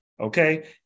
okay